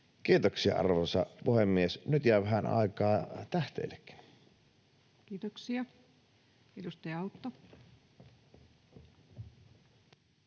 Kiitoksia, arvoisa puhemies. Nyt jää vähän aikaa tähteillekin. [Speech 380]